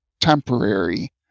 temporary